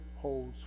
holds